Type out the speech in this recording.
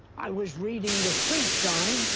i was reading the street sign.